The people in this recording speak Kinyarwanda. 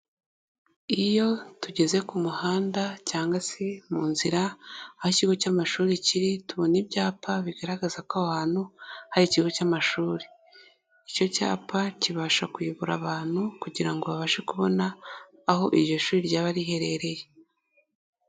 Iyo tugeze ku muhanda cyangwa se mu nzira, aho ikigo cy'amashuri kiri, tubona ibyapa bigaragaza ko aho ahantu hari ikigo cy'amashuri. Icyo cyapa kibasha kuyobora abantu, kugira babashe kubona aho iryo shuri ryaba riherereye.